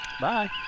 Bye